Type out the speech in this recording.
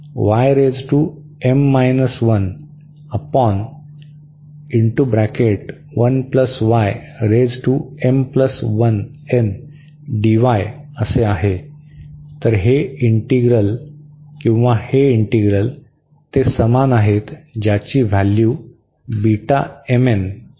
तर हे इंटीग्रल किंवा हे इंटीग्रल ते समान आहेत ज्याची व्हॅल्यू आहे